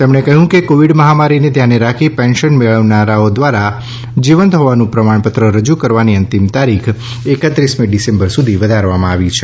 તેમણે કહ્યું કે કોવિડ મહામારીને ધ્યાને રાખી પેન્શન મેળવનારાઓ દ્વારા જીવંત હોવાનું પ્રમાણપત્ર રજૂ કરવાની અંતિમ તારીખ એકત્રીસમી ડિસેંબર સુધી વધારવામાં આવી છે